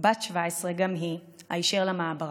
בת 17 גם היא, היישר למעברה.